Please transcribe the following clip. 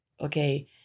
okay